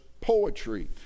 poetry